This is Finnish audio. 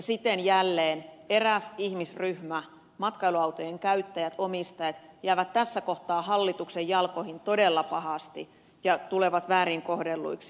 siten jälleen eräs ihmisryhmä matkailuautojen käyttäjät ja omistajat jäävät tässä kohtaa hallituksen jalkoihin todella pahasti ja tulevat väärin kohdelluiksi